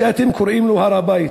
שאתם קוראים לו "הר-הבית".